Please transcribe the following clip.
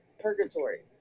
purgatory